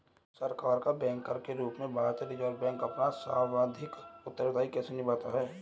सरकार का बैंकर के रूप में भारतीय रिज़र्व बैंक अपना सांविधिक उत्तरदायित्व कैसे निभाता है?